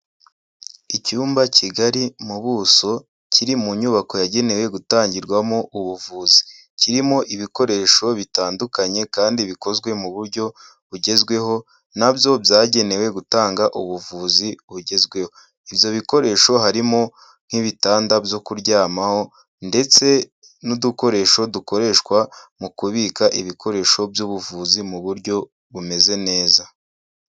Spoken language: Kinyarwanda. Icyumba kigari mu buso kiri mu nyubako yagenewe gutangirwamo ubuvuzi, kirimo ibikoresho bitandukanye kandi bikozwe mu buryo bugezweho nabyo byagenewe gutanga ubuvuzi bugezweho, ibyo bikoresho harimo nk'ibitanda byo kuryamaho ndetse n'udukoresho dukoreshwa mu kubika ibikoresho by'ubuvuzi mu buryo bumeze neza.